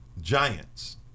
giants